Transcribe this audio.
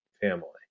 family